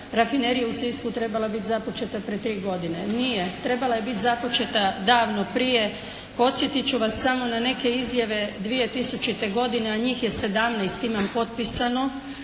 Rafinerije u Sisku trebala biti započeta prije tri godine. Nije, trebala je biti započeta davno prije. Podsjetit ću vas samo na neke izjave 2000. godine, a njih je 17 imam potpisano